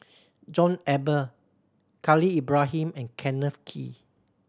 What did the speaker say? John Eber Khalil Ibrahim and Kenneth Kee